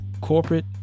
corporate